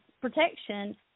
protection